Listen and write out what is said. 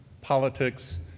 politics